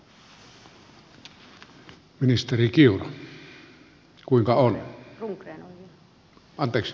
ministeri kiuru kuinka on